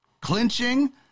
Clinching